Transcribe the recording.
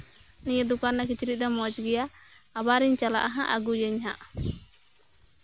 ᱱᱤᱭᱟᱹ ᱫᱚᱠᱟᱱ ᱨᱮᱭᱟᱜ ᱠᱤᱪᱨᱤᱪ ᱫᱚ ᱢᱚᱸᱡᱽ ᱜᱮᱭᱟ ᱟᱵᱟᱨ ᱤᱧ ᱪᱟᱞᱟᱜᱼᱟ ᱦᱟᱸᱜ ᱟᱹᱜᱩᱭᱟᱹᱧ ᱦᱟᱸᱜ